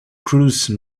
cruise